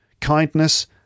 Kindness